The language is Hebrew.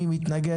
מי מתנגד?